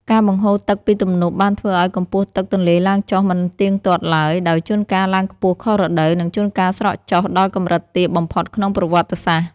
ការបង្ហូរទឹកពីទំនប់បានធ្វើឱ្យកម្ពស់ទឹកទន្លេឡើងចុះមិនទៀងទាត់ឡើយ ដោយជួនកាលឡើងខ្ពស់ខុសរដូវ និងជួនកាលស្រកចុះដល់កម្រិតទាបបំផុតក្នុងប្រវត្តិសាស្ត្រ។